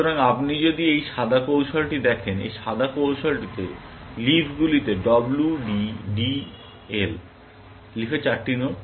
সুতরাং আপনি যদি এই সাদা কৌশলটি দেখেন এই সাদা কৌশলটিতে লিফগুলিতে W D D L লিফে চারটি নোড